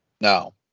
No